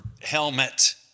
helmet